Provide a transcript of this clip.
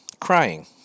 Crying